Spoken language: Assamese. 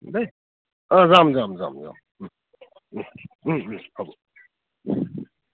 দেই অঁ যাম যাম যাম যাম হ'ব